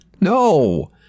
No